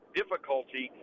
difficulty